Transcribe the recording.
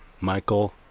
Michael